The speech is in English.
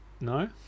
No